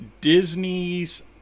Disney's